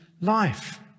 life